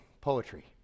poetry